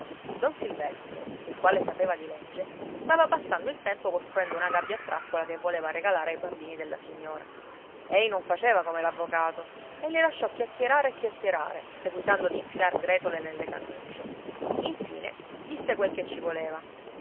don silvestro il quale sapeva di legge stava passando il tempo costruendo una gabbia a trappola che voleva regalare ai bambini della signora ei non faceva come l'avvocato e li lasciò chiacchierare e chiacchierare seguitando ad infilar gretole nelle cannucce infine disse quel che ci voleva